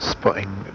Spotting